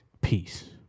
peace